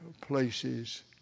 places